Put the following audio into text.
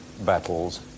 battles